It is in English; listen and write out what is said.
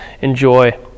Enjoy